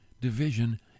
division